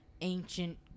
ancient